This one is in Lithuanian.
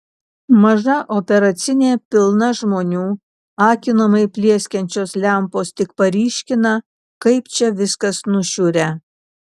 maža operacinė pilna žmonių akinamai plieskiančios lempos tik paryškina kaip čia viskas nušiurę